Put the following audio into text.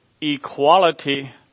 equality